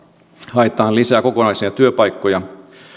haetaan lisää kokonaisia työpaikkoja